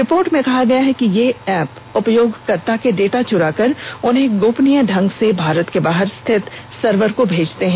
report में कहा गया है कि ये ऐप उपयोगकर्ताओं के डेटा चुराकर उन्हें गोपनीय ढंग से भारत के बाहर स्थित सर्वर को भेजते हैं